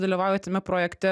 dalyvauji tame projekte